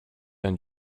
and